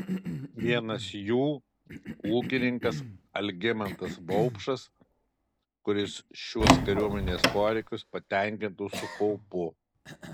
vienas jų ūkininkas algimantas vaupšas kuris šiuos kariuomenės poreikius patenkintų su kaupu